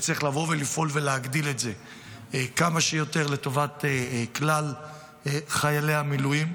וצריך לבוא ולפעול ולהגדיל את זה כמה שיותר לטובת כלל חיילי המילואים.